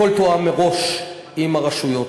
הכול תואם מראש עם הרשויות,